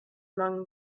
among